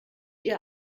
ihr